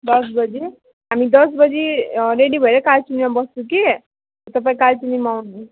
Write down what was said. दस बजी हामी दस बजी रेडी भएर कालचिनीमा बस्छौँ कि तपाईँ कालचिनीमा आउनु